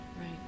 Right